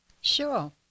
Sure